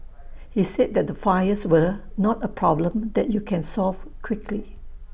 he said that the fires were not A problem that you can solve quickly